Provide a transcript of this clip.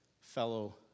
fellow